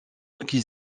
qui